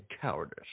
cowardice